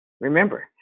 remember